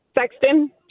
Sexton